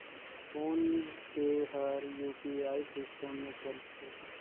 phone पे हर UPI system मे चलथे